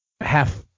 half